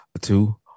two